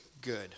good